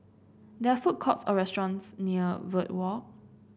there are food courts or restaurants near Verde Walk